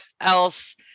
else